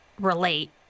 relate